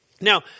Now